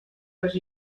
les